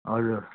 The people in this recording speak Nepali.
हजुर